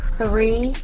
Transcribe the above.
three